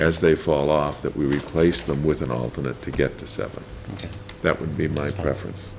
as they fall off that we replace them with an alternate to get to seven that would be my preference